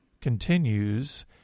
continues